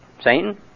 Satan